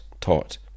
taught